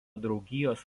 draugijos